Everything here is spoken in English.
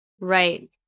Right